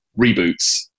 reboots